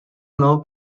nor